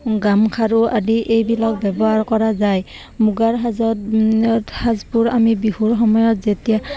গামখাৰু আদি এইবিলাক ব্যৱহাৰ কৰা যায় মুগাৰ সাজত সাজবোৰ আমি বিহুৰ সময়ত যেতিয়া